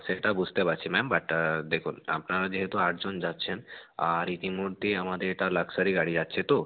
সেটা বুঝতে পারছি ম্যাম বাট দেখুন আপনারা যেহেতু আট জন যাচ্ছেন আর ইতিমধ্যে আমাদের এটা লাক্সারি গাড়ি যাচ্ছে তো